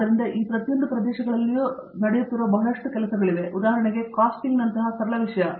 ಆದ್ದರಿಂದ ಈ ಪ್ರತಿಯೊಂದು ಪ್ರದೇಶಗಳಲ್ಲಿಯೂ ನಡೆಯುತ್ತಿರುವ ಬಹಳಷ್ಟು ಕೆಲಸಗಳಿವೆ ಉದಾಹರಣೆಗೆ ಕಾಸ್ಟಿಂಗ್ನಂತಹ ಸರಳ ವಿಷಯ